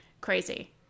crazy